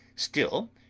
still,